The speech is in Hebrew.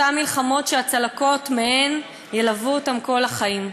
אותן מלחמות שהצלקות מהן ילוו אותם כל החיים.